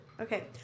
Okay